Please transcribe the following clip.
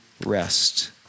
rest